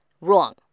wrong